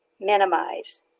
minimize